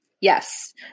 Yes